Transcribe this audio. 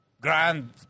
grand